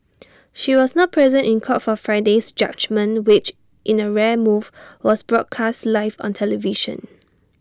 she was not present in court for Friday's judgement which in A rare move was broadcast live on television